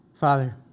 Father